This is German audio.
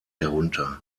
herunter